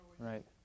Right